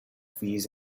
fleas